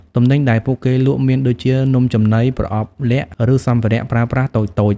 ទំនិញដែលពួកគេលក់មានដូចជា នំចំណី ប្រអប់លាក់ ឬសម្ភារៈប្រើប្រាស់តូចៗ។